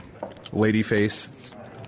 Ladyface